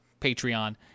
Patreon